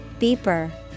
Beeper